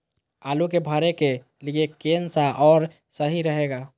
आलू के भरे के लिए केन सा और सही रहेगा?